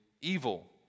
evil